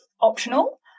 optional